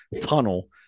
tunnel